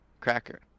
Cracker